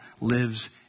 lives